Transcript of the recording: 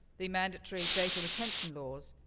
the mandatory data retention laws,